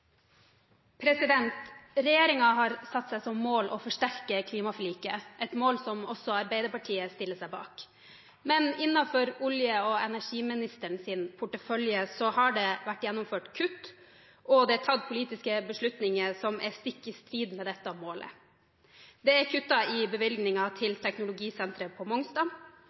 har satt seg som mål å forsterke klimaforliket – et mål som også Arbeiderpartiet stiller seg bak. Men innenfor olje- og energiministerens portefølje har det vært gjennomført kutt, og det er tatt politiske beslutninger som er stikk i strid med dette målet. Det er kuttet i bevilgninger til teknologisenteret på Mongstad,